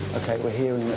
okay, we're here,